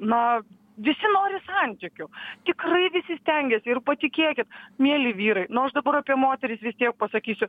na visi nori santykių tikrai visi stengiasi ir patikėkit mieli vyrai nu aš dabar apie moteris tiek pasakysiu